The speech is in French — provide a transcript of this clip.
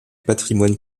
patrimoine